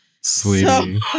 Sweetie